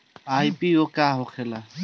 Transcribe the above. IPO का होखेला?